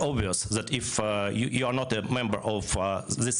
זה די ברור שאם אתה לא חבר בקהילה,